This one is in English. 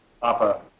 Papa